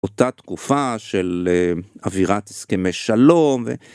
אותה תקופה של אווירת הסכמי שלום.